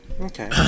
Okay